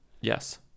Yes